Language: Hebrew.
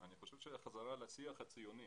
אני חושב שצריכה להיות חזרה לשיח הציוני,